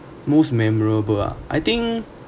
most memorable ah I think